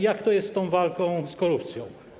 Jak to jest z tą walką z korupcją?